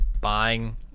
buying